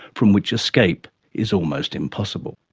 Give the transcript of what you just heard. from which escape is almost impossible.